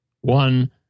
One-